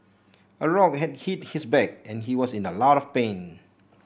a rock had hit his back and he was in a lot of pain